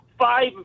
five